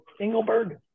Engelberg